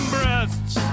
Breasts